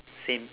same